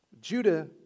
Judah